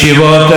רבנים,